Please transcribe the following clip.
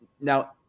Now